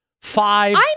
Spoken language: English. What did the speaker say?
five